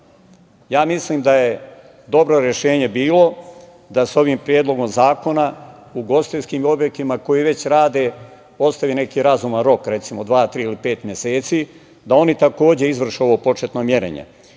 mislim da je dobro rešenje bilo da sa ovim predlogom zakona ugostiteljskim objektima koji već rade, ostavi neki razuman rok, 2, 3 ili pet meseci i da oni izvrše ovo početno merenje.